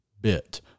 bit